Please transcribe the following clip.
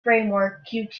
pronounced